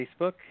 Facebook